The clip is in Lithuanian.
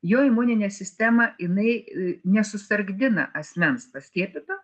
jo imuninė sistema jinai a nesusargdina asmens paskiepyto